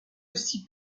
aussi